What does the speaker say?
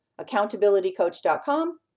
accountabilitycoach.com